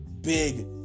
big